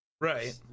right